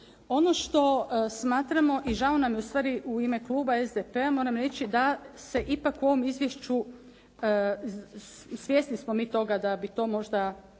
Ono što smatramo i žao nam je ustvari u ime kluba SDP-a, moram reći da se ipak u ovom izvješću, svjesni smo mi toga da bi to možda